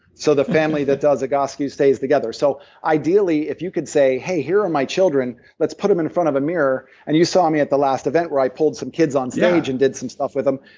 so the family that does egoscue stays together. so ideal, if you could say hey, here are my children, let's put them in front of a mirror, and you saw me at the last event where i pulled some kids onstage and did some stuff with them,